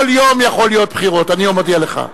כל יום יכולות להיות בחירות, אני מודיע לך.